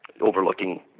overlooking